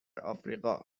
آفریقا